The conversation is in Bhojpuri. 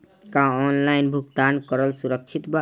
का ऑनलाइन भुगतान करल सुरक्षित बा?